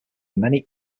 many